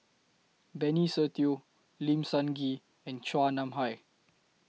Benny Se Teo Lim Sun Gee and Chua Nam Hai